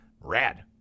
rad